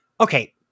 Okay